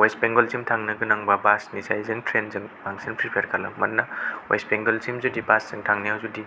west Bengal sim थांनो गोनांबा बासनिसाय जों ट्रेन जों बासिंन प्रिफैर खालामो मानोना वेस्त बेंगल सिम जुदि बास जों थांनायाव जुदि